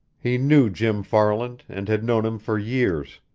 he knew jim farland and had known him for years.